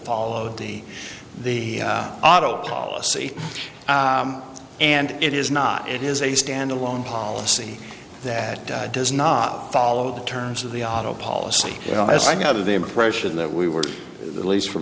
followed the the auto policy and it is not it is a stand alone policy that does not follow the terms of the auto policy as i got of the impression that we were the least for